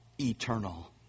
eternal